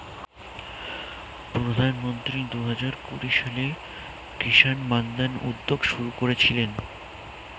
প্রধানমন্ত্রী দুহাজার কুড়ি সালে কিষান মান্ধান উদ্যোগ শুরু করেছিলেন